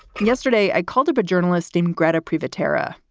yesterday, i called up a journalist in gretar, private tara.